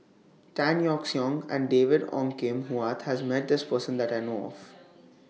Tan Yeok Seong and David Ong Kim Huat has Met This Person that I know of